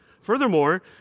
Furthermore